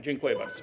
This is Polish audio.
Dziękuję bardzo.